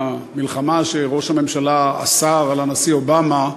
במלחמה שראש הממשלה אסר על הנשיא אובמה,